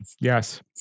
Yes